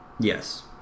Yes